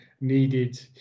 needed